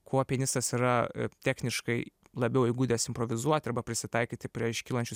kuo pianistas yra techniškai labiau įgudęs improvizuoti arba prisitaikyti prie iškylančių